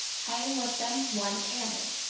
having with them one ammon,